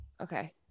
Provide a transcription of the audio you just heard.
Okay